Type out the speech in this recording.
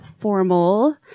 formal